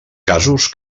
casos